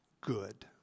good